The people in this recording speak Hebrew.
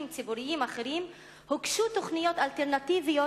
ציבוריים אחרים הוגשו תוכניות אלטרנטיביות,